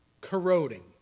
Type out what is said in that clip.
Corroding